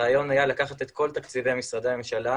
הרעיון היה לקחת את כל תקציבי משרדי הממשלה